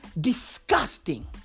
Disgusting